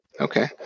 Okay